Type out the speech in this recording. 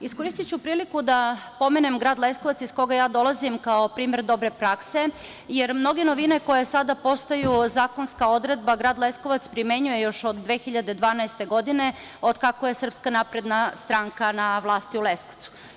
Iskoristiću priliku da pomenem grad Leskovac, iz kog ja dolazim, kao primer dobre prakse, jer mnoge novine koje sada postaju zakonska odredba grad Leskovac primenjuje još od 2012. godine, otkako je SNS na vlasti u Leskovcu.